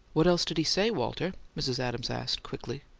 what else did he say, walter? mrs. adams asked quickly.